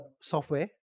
software